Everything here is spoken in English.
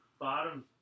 bottom